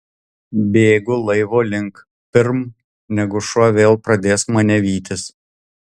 bėgu laivo link pirm negu šuo vėl pradės mane vytis